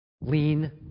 Lean